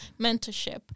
mentorship